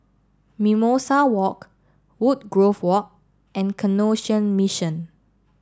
Mimosa Walk Woodgrove Walk and Canossian Mission